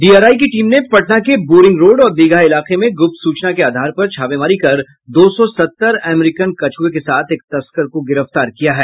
DRI की team ने पटना के बोरिंग रोड और दीघा इलाके में गुप्त सूचना के आधार पर छापेमारी कर दो सौ सत्तर अमेरिकन कछुये के साथ एक तस्कर को गिरफ्तार किया है